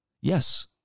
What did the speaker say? Yes